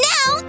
Now